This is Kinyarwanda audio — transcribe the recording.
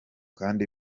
kandi